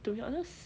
to be honest